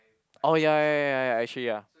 oh ya ya ya ya actually ya